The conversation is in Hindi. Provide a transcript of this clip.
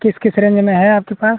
किस किस रेंज में है आपके पास